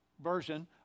version